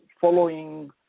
following